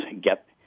get